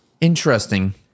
interesting